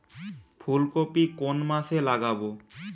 ফুলকপি কোন মাসে লাগাবো?